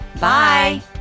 Bye